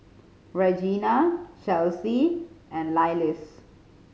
Regena Chelsie and Lillis